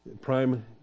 Prime